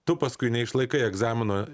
tu paskui neišlaikai egzamino